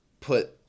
put